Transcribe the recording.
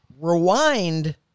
Rewind